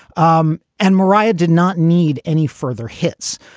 um and mariah did not need any further hits.